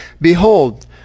Behold